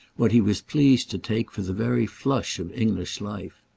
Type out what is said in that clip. what he was pleased to take for the very flush of english life.